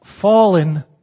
fallen